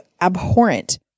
abhorrent